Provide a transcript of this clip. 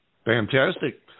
Fantastic